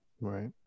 Right